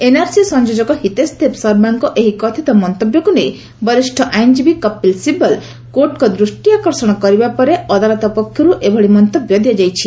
NRC ସଂଯୋଜକ ହିତେଶ ଦେବ ଶର୍ମାଙ୍କ ଏହି କଥିତ ମନ୍ତବ୍ୟକୁ ନେଇ ବରିଷ୍ଣ ଆଇନ୍ଜୀବୀ କପିଲ ଶିବଲ କୋର୍ଟଙ୍କ ଦୃଷ୍ଟି ଆକର୍ଷଣ କରିବା ପରେ ଅଦାଲତ ପକ୍ଷରୁ ଏଭଳି ମନ୍ତବ୍ୟ ଦିଆଯାଇଛି